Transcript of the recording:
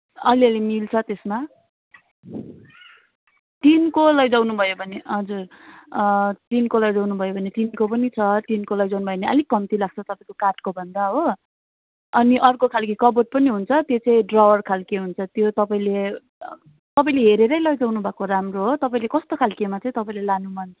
अलिअलि मिल्छ त्यसमा टिनको लैजाउनु भयो भने हजुर टिनको लैजाउनु भयो भने टिनको पनि छ टिनको लैजाउनु भयो भने अलिक कम्ती लाग्छ तपाईँको काठको भन्दा हो अनि अर्को खालके कबोर्ड पनि हुन्छ त्यो चाहिँ ड्रवर खालके हुन्छ त्यो तपाईँले तपाईँले हेरेरै लैजानु भएको राम्रो हो तपाईँले कस्तो खालकेमा तपाईँले लानु मन छ